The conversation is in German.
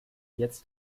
jetzt